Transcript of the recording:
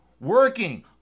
working